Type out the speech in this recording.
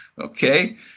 okay